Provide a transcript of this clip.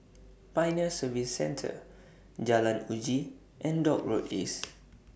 Pioneer Service Centre Jalan Uji and Dock Road East